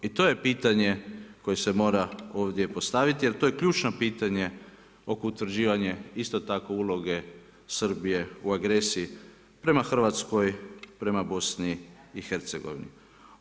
I to je pitanje koje se mora ovdje postaviti jer to je ključno pitanje oko utvrđivanja isto tako uloge Srbije u agresiji prema Hrvatskoj, prema BiH-a.